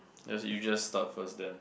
as you just start first then